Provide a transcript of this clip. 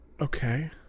Okay